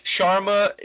Sharma